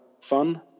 fun